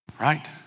right